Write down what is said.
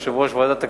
יושב-ראש ועדת הכספים.